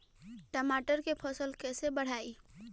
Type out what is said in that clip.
टमाटर के फ़सल कैसे बढ़ाई?